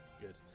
Good